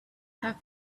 have